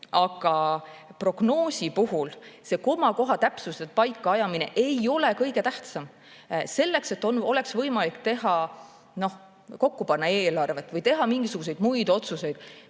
Aga prognoosi puhul ei ole komakoha täpsuse paika ajamine kõige tähtsam. Selleks, et oleks võimalik kokku panna eelarvet või teha mingisuguseid muid otsuseid,